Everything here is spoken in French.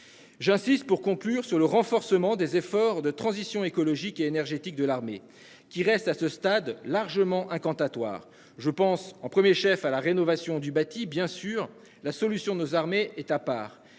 J'insiste pour conclure sur le renforcement des efforts de transition écologique et énergétique de l'armée qui reste à ce stade, largement incantatoires. Je pense en 1er chef à la rénovation du bâti. Bien sûr la solution nos armées est à part.